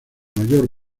mayor